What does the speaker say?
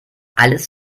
alles